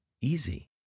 easy